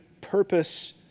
purpose